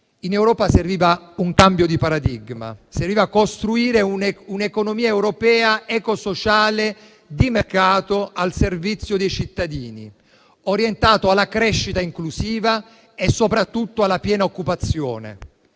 In Europa serviva un cambio di paradigma e occorreva costruire un'economia europea eco-sociale di mercato al servizio dei cittadini, orientata alla crescita inclusiva e soprattutto alla piena occupazione.